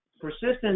persistence